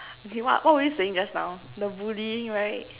okay what what were you saying just now the bullying right